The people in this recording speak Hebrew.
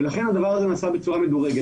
לכן הדבר הזה נעשה בצורה מדורגת.